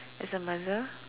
as a mother